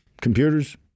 computers